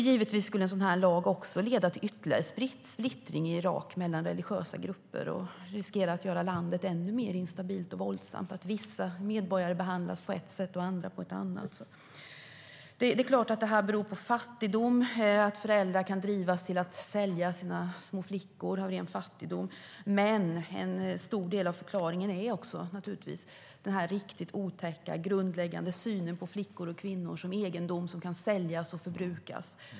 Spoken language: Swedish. Givetvis skulle en sådan här lag också leda till ytterligare splittring i Irak mellan religiösa grupper, samtidigt som det riskerar att göra landet ännu mer instabilt och våldsamt, när vissa medborgare behandlas på ett sätt och andra medborgare på ett annat sätt. Det är klart att detta beror på fattigdom. Föräldrar kan drivas av fattigdom till att sälja sina små flickor, men en stor del av förklaringen är naturligtvis också den riktigt otäcka, grundlägganden synen på flickor och kvinnor som egendom som kan säljas och förbrukas.